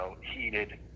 heated